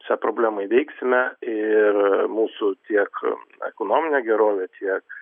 šią problemą įveiksime ir mūsų tiek ekonominė gerovė tiek